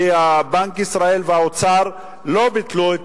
כי בנק ישראל והאוצר לא ביטלו את